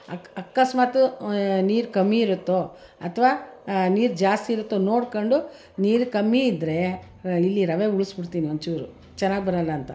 ಅಕ್ ಅಕಸ್ಮಾತು ನೀರು ಕಮ್ಮಿ ಇರುತ್ತೋ ಅಥವಾ ನೀರು ಜಾಸ್ತಿ ಇರುತ್ತೋ ನೋಡ್ಕೊಂಡು ನೀರು ಕಮ್ಮಿ ಇದ್ದರೆ ಇಲ್ಲಿ ರವೆ ಉಳಿಸ್ಬಿಡ್ತೀನಿ ಒಂಚೂರು ಚೆನ್ನಾಗಿ ಬರೋಲ್ಲ ಅಂತ